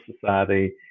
society